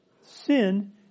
Sin